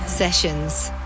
sessions